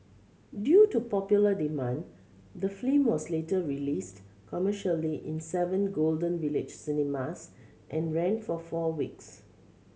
due to popular demand the film was later released commercially in seven Golden Village cinemas and ran for four weeks